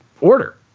order